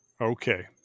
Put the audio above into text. Okay